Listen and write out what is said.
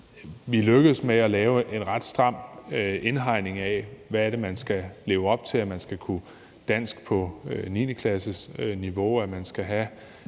er lykkedes med at lave en ret stram indhegning af, hvad det er, man skal leve op til, altså at man skal kunne dansk på 9.-klassesniveau, at man skal have